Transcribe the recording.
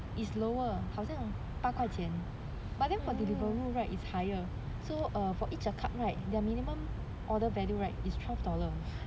it's lower 好像八块钱 but then for deliveroo right it's higher so err for each a cup right their minimum order's value right is twelve dollar